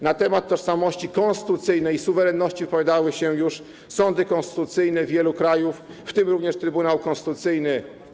Na temat tożsamości konstytucyjnej i suwerenności wypowiadały się już sądy konstytucyjne wielu krajów, w tym również Trybunał Konstytucyjny.